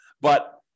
But-